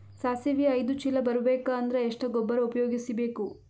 ಸಾಸಿವಿ ಐದು ಚೀಲ ಬರುಬೇಕ ಅಂದ್ರ ಎಷ್ಟ ಗೊಬ್ಬರ ಉಪಯೋಗಿಸಿ ಬೇಕು?